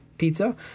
pizza